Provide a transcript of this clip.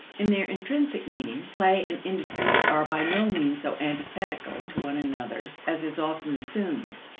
in their intrinsic meaning, play and industry are by no means so antithetical to one another as is often assumed,